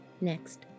next